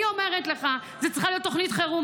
אני אומרת לך, זו צריכה להיות תוכנית חירום.